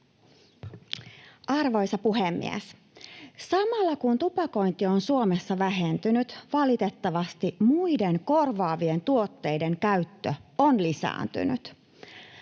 Arvoisa puhemies! Samalla, kun tupakointi on Suomessa vähentynyt, valitettavasti muiden, korvaavien tuotteiden käyttö on lisääntynyt.